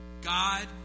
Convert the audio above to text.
God